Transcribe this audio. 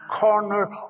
corner